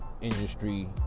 industry